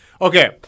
Okay